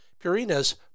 Purina's